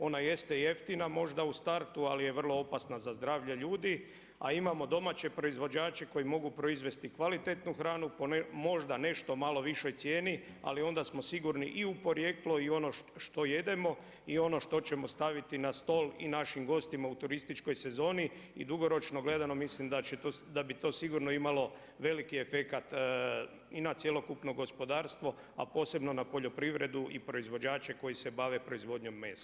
Ona jeste jeftina možda u startu, ali je vrlo opasna za zdravlje ljudi, a imamo domaće proizvođače koji mogu proizvesti kvalitetnu hranu, možda po nešto malo višoj cijeni, ali onda smo sigurni i u porijeklo i u ono što jedemo i ono što ćemo staviti na stol i našim gostima u turističkoj sezoni i dugoročno gledano mislim da bi to sigurno imalo veliki efekat i na cjelokupno gospodarstvo, a posebno na poljoprivredu i proizvođače koji se bave proizvodnjom mesa.